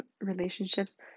relationships